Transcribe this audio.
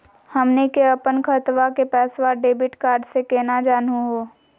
हमनी के अपन खतवा के पैसवा डेबिट कार्ड से केना जानहु हो?